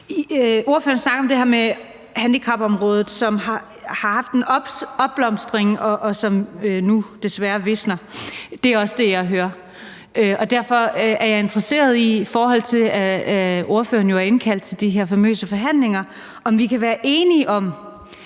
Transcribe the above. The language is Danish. Ordføreren snakker om det her med handicapområdet, som har haft en opblomstring, og som nu desværre visner. Det er også det, jeg hører, og derfor er jeg interesseret i – i forhold til at ordføreren har indkaldt til de her famøse forhandlinger – om vi kan være enige om,